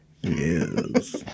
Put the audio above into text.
Yes